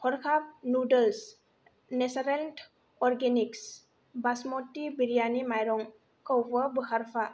हरखाब noodles natural organics basmati biryani माइरंखौबो बोखारफा